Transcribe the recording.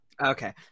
Okay